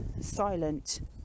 silent